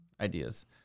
ideas